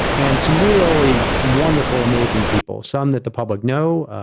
and some really wonderful, amazing people, some that the public know,